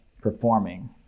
performing